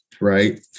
Right